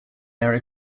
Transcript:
area